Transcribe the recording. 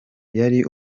yari